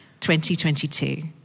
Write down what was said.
2022